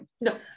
no